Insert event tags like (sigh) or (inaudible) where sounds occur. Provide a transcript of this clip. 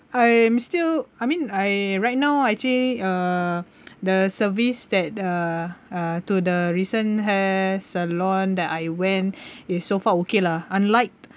I am still I mean I right now I actually uh the service that uh uh to the recent hair salon that I went (breath) it's so far okay lah unlike